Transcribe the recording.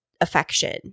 affection